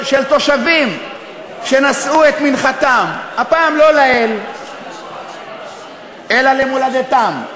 של תושבים שנשאו את מנחתם הפעם לא לאל אלא למולדתם,